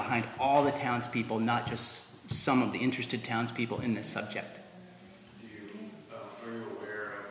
behind all the townspeople not just some of the interested townspeople in this subject